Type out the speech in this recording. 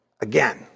again